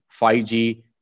5G